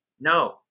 No